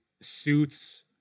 suits